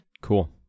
cool